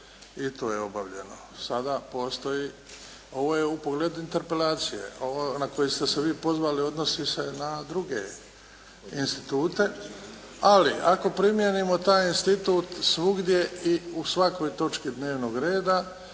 I to je obavljeno. Sada postoji, ovo je u pogledu interpelacije, ovo na koji ste se vi pozvali odnosi se na druge institute, ali ako primjenimo taj institut svugdje i u svakoj točki dnevnog reda